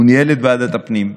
הוא ניהל את ועדת הפנים,